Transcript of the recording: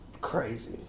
Crazy